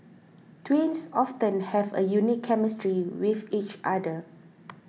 twins often have a unique chemistry with each other